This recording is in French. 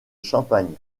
champagne